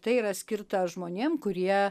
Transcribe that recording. tai yra skirta žmonėm kurie